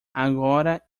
agora